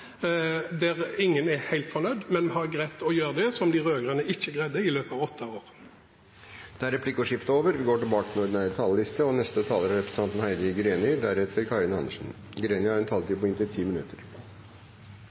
der ingen er helt fornøyd, men vi har greid å gjøre det som de rød-grønne ikke greide i løpet av åtte år. Da er replikkordskiftet over. Kommunereformen har blitt en svært upopulær reform både blant innbyggere og blant lokalpolitikere. Det er gjennomført folkeavstemninger i 210 kommuner. I 145 av dem ble det nei-flertall. En